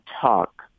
talk